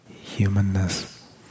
Humanness